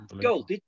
goal